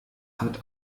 hat